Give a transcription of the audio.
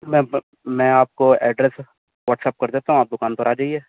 میں میں آپ کو ایڈریس واٹس ایپ کر دیتا ہوں آپ دکان پر آ جائیے